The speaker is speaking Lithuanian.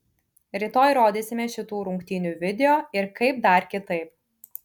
rytoj rodysime šitų rungtynių video ir kaip dar kitaip